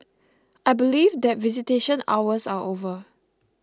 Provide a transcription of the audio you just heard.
I believe that visitation hours are over